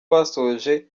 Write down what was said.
basoje